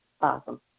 Awesome